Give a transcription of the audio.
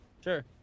Sure